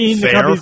fair